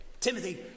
Timothy